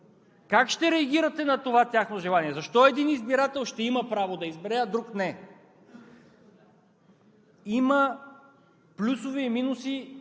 Как ще реагирате на това тяхно желание? Защо един избирател ще има право да избере, а друг – не? Има плюсове и минуси,